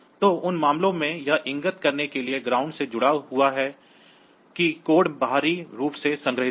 तो उन मामलों में यह इंगित करने के लिए ground से जुड़ा हुआ है कि कोड बाहरी रूप से संग्रहीत है